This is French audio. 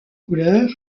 couleurs